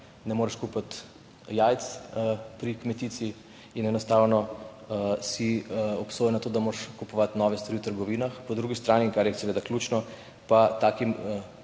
ne moreš kupiti jajc pri kmetici in enostavno si obsojen na to, da moraš kupovati nove stvari v trgovinah. Po drugi strani, kar je seveda ključno, pa takim